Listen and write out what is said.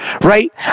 Right